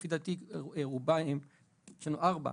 לפי דעתי יש לנו ארבעה,